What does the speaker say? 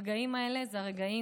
הרגעים האלה הם הרגעים,